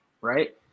right